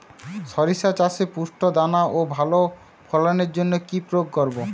শরিষা চাষে পুষ্ট দানা ও ভালো ফলনের জন্য কি প্রয়োগ করব?